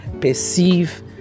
perceive